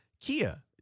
Kia